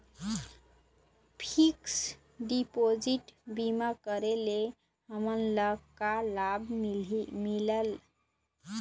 Fix deposit बीमा करे ले हमनला का लाभ मिलेल?